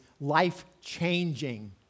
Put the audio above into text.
life-changing